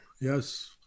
Yes